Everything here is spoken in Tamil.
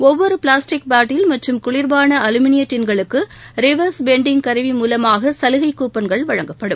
ஒவ்வொரு பிளாஸ்டிக் பாட்டில் மற்றும் குளிப்பான அலுமினிய டின்களுக்கு ரீவொஸ் வெண்டிங் கருவி மூலமாக சலுகைக் கூப்பன்கள் வழங்கப்படும்